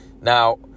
Now